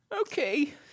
Okay